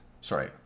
sorry